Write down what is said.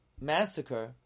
massacre